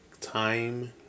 time